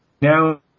now